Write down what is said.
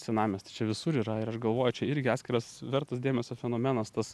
senamiestis čia visur yra ir aš galvoju čia irgi atskiras vertas dėmesio fenomenas tas